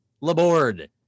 Laborde